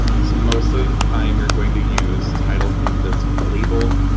so, most of the time, you're going to use title from disc label.